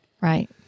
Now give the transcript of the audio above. Right